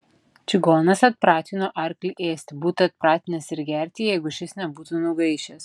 čigonas atpratino arklį ėsti būtų atpratinęs ir gerti jeigu šis nebūtų nugaišęs